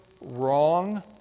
wrong